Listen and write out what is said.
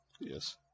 Yes